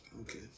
Okay